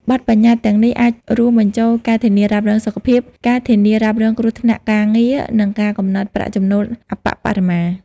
បទប្បញ្ញត្តិទាំងនេះអាចរួមបញ្ចូលការធានារ៉ាប់រងសុខភាព ការធានារ៉ាប់រងគ្រោះថ្នាក់ការងារ និងការកំណត់ប្រាក់ចំណូលអប្បបរមា។